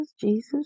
Jesus